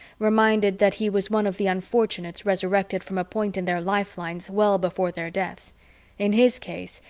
reminded that he was one of the unfortunates resurrected from a point in their lifelines well before their deaths in his case,